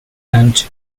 and